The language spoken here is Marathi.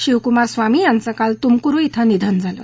शिवकुमार स्वामी यांचं काल तुमकुरू ब्रिं निधन झालं